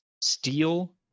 steel